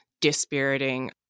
dispiriting